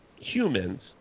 humans